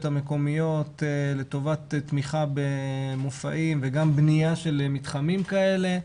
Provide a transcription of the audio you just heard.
המקומיות לטובת תמיכה במופעים וגם בנייה של מתחמים כאלה.